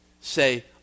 Say